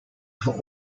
have